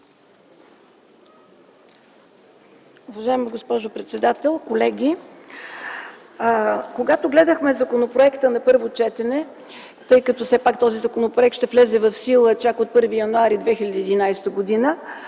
Уважаема госпожо председател, колеги! Когато гледахме законопроекта на първо четене, тъй като този законопроект ще влезе в сила чак от 1 януари 2011 г.,